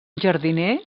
jardiner